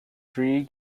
three